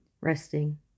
resting